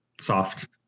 Soft